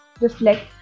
reflect